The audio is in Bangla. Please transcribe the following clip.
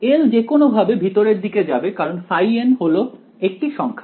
L যেকোনোভাবে ভেতরের দিকে যাবে কারণ n হলো একটি সংখ্যা